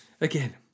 Again